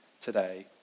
today